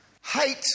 Hate